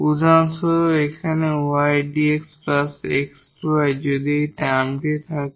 উদাহরণস্বরূপ এখানে 𝑦 𝑑𝑥 𝑥 𝑑𝑦 যদি এই টার্মটি থাকে